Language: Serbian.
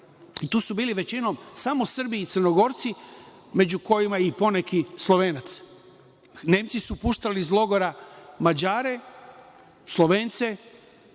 su bili, većinom, samo Srbi i Crnogorci, među kojima je i poneki Slovenac. Nemci su puštali iz logora Mađare, Slovence,